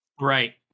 Right